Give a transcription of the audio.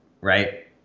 right